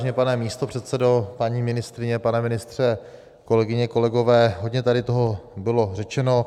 Vážený pane místopředsedo, paní ministryně, pane ministře, kolegyně, kolegové, hodně tady toho bylo řečeno.